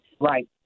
Right